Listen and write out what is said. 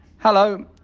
Hello